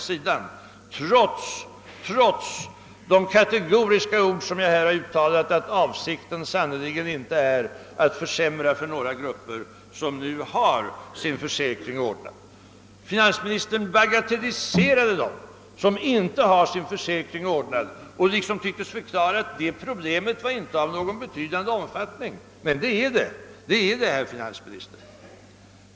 Det finns trots det kategoriska uttalande jag här gjorde att avsikten sannerligen inte är att försämra villkoren för några grupper som nu har sin försäkring ordnad. Finansministern bagatelliserade det antal människor som inte har sin försäkring ordnad och tycktes mena att problemet inte var av någon mer betydande omfattning. Men det är det, herr finansminister.